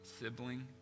sibling